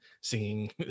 singing